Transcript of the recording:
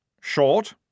short